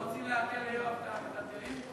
מה, רוצים לעקל ליואב את המיטלטלין?